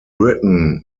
britain